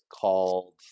called